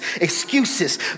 excuses